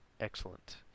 excellent